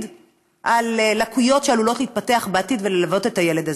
על לקויות שעלולות להתפתח בעתיד וללוות את הילד הזה.